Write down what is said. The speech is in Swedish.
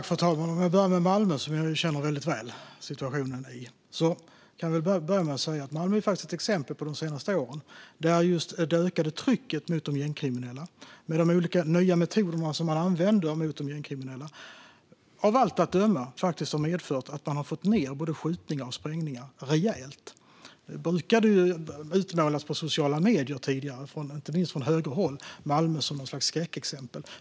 Fru talman! Låt mig börja med situationen i Malmö som jag känner väl till. Malmö är ett exempel på att just det ökade trycket och de olika nya metoderna mot gängkriminella av allt att döma har medfört att både skjutningar och sprängningar har minskat rejält. I sociala medier brukade Malmö tidigare utmålas som ett skräckexempel, inte minst från högerhåll.